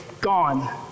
gone